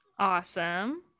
Awesome